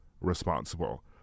responsible